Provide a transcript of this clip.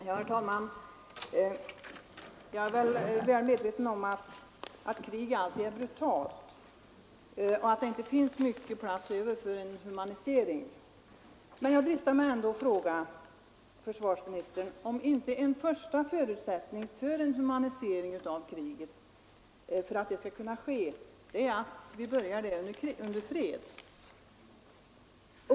Herr talman! Jag är väl medveten om att krig alltid är brutalt och att det inte finns mycket plats över för en humanisering. Men jag dristar mig ändå att fråga försvarsministern om inte en första förutsättning för en humanisering av kriget är att vi påbörjar den under fred.